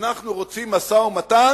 אנחנו רוצים משא-ומתן